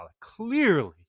Clearly